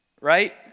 right